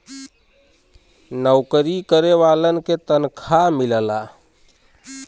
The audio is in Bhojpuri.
नऊकरी करे वालन के तनखा मिलला